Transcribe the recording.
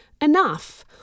enough